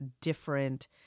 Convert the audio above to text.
different